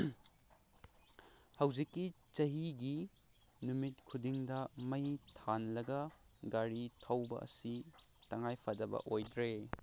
ꯍꯧꯖꯤꯛꯀꯤ ꯆꯍꯤꯒꯤ ꯅꯨꯃꯤꯠ ꯈꯨꯗꯤꯡꯗ ꯃꯩ ꯊꯥꯜꯂꯒ ꯒꯥꯔꯤ ꯊꯧꯕ ꯑꯁꯤ ꯇꯉꯥꯏꯐꯗꯕ ꯑꯣꯏꯈ꯭ꯔꯦ